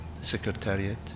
Secretariat